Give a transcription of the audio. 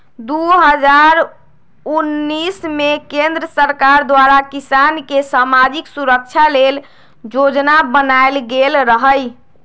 दू हज़ार उनइस में केंद्र सरकार द्वारा किसान के समाजिक सुरक्षा लेल जोजना बनाएल गेल रहई